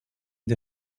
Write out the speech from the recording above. the